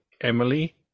Emily